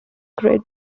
grid